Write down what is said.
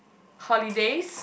holidays